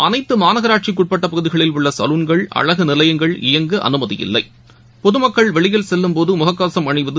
அனைத்தமாநகராட்சிக்குட்பட்ட பகுதிகளில் உள்ளசலுள்கள் அழகுநிலையங்கள் இயங்கஅனுமதி இல்லை பொதுமக்கள் வெளியில் செல்லும் முகக்கவசம் அணிவது